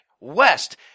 West